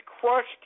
crushed